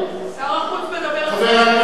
שר החוץ מדבר עכשיו,